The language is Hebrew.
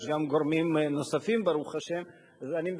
יש גם גורמים נוספים,